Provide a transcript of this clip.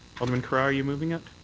alderman carra, are you moving it?